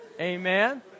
Amen